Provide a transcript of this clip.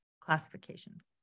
classifications